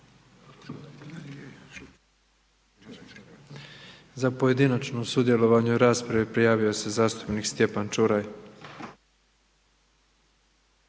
Za pojedinačno sudjelovanje u raspravi prijavio se zastupnik Maras.